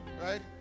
Right